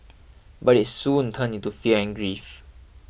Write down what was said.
but it soon turned into fear and grief